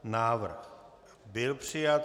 Návrh byl přijat.